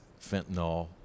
fentanyl